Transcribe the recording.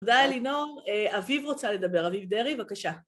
תודה, אלינור. אביב רוצה לדבר. אביב דרי, בבקשה.